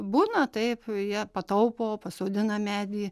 būna taip jie pataupo pasodina medį